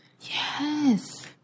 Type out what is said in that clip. Yes